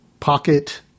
Pocket